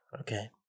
okay